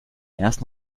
erst